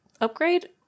upgrade